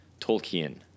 Tolkien